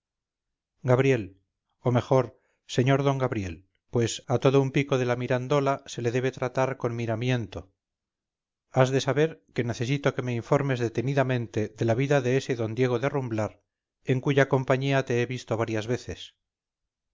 gabriel o mejor sr d gabriel pues a todo un pico de la mirandola se le debe tratar con miramiento has de saber que necesito que me informes detenidamente de la vida de ese d diego de rumblar en cuya compañía te hevisto varias veces